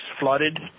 flooded